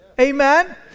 Amen